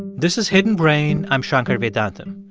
this is hidden brain. i'm shankar vedantam.